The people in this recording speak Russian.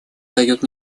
дает